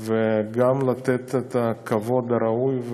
וגם לתת את הכבוד הראוי.